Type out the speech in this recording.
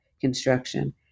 construction